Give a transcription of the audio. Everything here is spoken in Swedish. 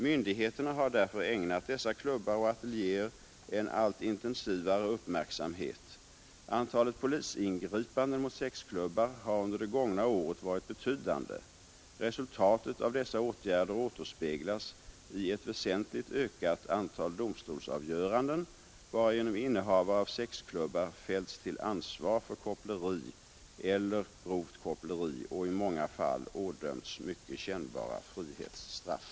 Myndigheterna har därför ägnat dessa klubbar och ateljéer en allt intensivare uppmärksamhet. Antalet polisingripanden mot sexklubbar har under det gångna året varit betydande. Resultatet av dessa åtgärder återspeglas i ett väsentligt ökat antal domstolsavgöranden, varigenom innehavare av sexklubbar fällts till ansvar för koppleri eller grovt koppleri och i många fall ådömts mycket kännbara frihetsstraff.